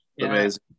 Amazing